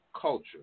culture